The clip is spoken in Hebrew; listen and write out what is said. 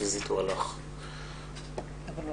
כי הסיפור הוא תקציבי והוא לא